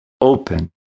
Open